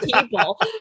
people